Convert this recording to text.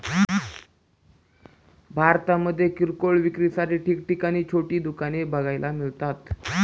भारतामध्ये किरकोळ विक्रीसाठी ठिकठिकाणी छोटी दुकाने बघायला मिळतात